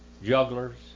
jugglers